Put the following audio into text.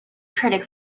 critic